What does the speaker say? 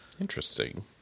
Interesting